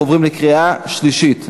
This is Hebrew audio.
אנחנו עוברים לקריאה שלישית.